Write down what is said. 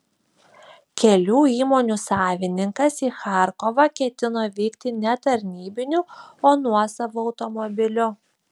kelių įmonių savininkas į charkovą ketino vykti ne tarnybiniu o nuosavu automobiliu